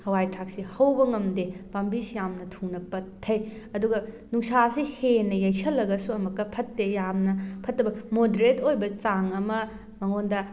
ꯍꯋꯥꯏ ꯊꯔꯥꯛꯁꯤ ꯍꯧꯕ ꯉꯝꯗꯦ ꯄꯥꯝꯕꯤꯁꯤ ꯌꯥꯝꯅ ꯊꯨꯅ ꯄꯠꯊꯩ ꯑꯗꯨꯒ ꯅꯨꯡꯁꯥꯁꯤ ꯍꯦꯟꯅ ꯌꯦꯁꯜꯂꯒꯁꯨ ꯑꯃꯨꯛꯀ ꯐꯠꯇꯦ ꯌꯥꯝꯅ ꯐꯠꯇꯕ ꯃꯣꯗꯔꯦꯠ ꯑꯣꯏꯕ ꯆꯥꯡ ꯑꯃ ꯃꯉꯣꯟꯗ